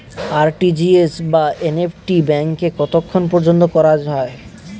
RTGS বা NEFT ব্যাংকে কতক্ষণ পর্যন্ত করা যায়?